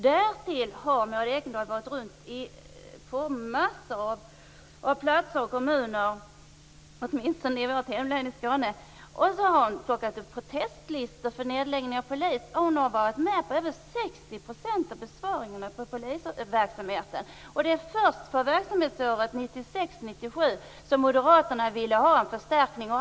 Därtill har Maud Ekendahl varit runt på massor av platser och i massor av kommuner, åtminstone i vårt hemlän Skåne, och plockat upp protestlistor mot nedläggning inom polisen. Samtidigt har hon varit med på över 60 % av besparingarna på polisverksamheten! Det var först för verksamhetsåret 1996/97 som Moderaterna ville ha en förstärkning.